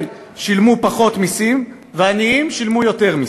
שילמו פחות מסים והעניים שילמו יותר מסים,